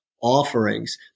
offerings